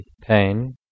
pain